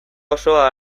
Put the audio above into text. osoa